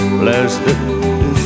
blessed